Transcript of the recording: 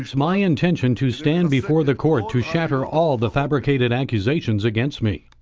my intention to stand before the court to shatter all the fabricated accusations against me.